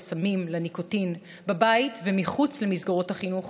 לסמים ולניקוטין בבית ומחוץ למסגרות החינוך